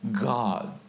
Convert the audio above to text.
God